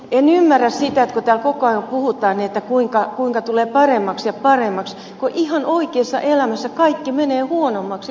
en ymmärrä sitä kun täällä koko ajan puhutaan kuinka tulee paremmaksi ja paremmaksi kun ihan oikeassa elämässä kaikki menee huonommaksi ja huonommaksi